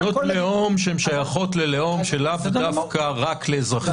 מדינות לאום שהן שייכות ללאום שלאו דווקא רק לאזרחי --- בסדר גמור.